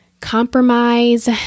compromise